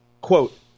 quote